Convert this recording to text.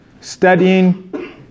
studying